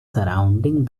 surrounding